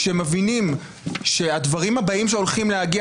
כאשר מבינים שהדברים הבאים שהולכים להגיע